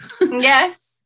Yes